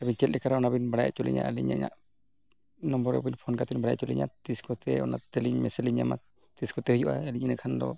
ᱟᱹᱵᱤᱱ ᱪᱮᱫ ᱞᱮᱠᱟᱨᱮ ᱚᱱᱟ ᱵᱤᱱ ᱵᱟᱲᱟᱭ ᱦᱚᱪᱚᱞᱤᱧᱟ ᱟᱹᱞᱤᱧᱟᱜ ᱱᱚᱢᱚᱵᱚᱨ ᱨᱮᱵᱤᱱ ᱯᱷᱳᱱ ᱠᱟᱛᱮᱫ ᱵᱤᱱ ᱵᱟᱲᱟᱭ ᱦᱚᱪᱚᱞᱤᱧᱟ ᱛᱤᱥ ᱠᱚᱛᱮ ᱚᱱᱟ ᱚᱱᱟ ᱛᱟᱹᱞᱤᱧ ᱢᱮᱥᱮᱡᱽ ᱞᱤᱧ ᱧᱟᱢᱟ ᱛᱤᱥ ᱠᱚᱛᱮ ᱦᱤᱡᱩᱜᱼᱟ ᱟᱹᱞᱤᱧ ᱤᱱᱟᱹ ᱠᱷᱟᱱ ᱫᱚ